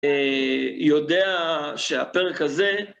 יודע שהפרק הזה